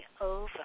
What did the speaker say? over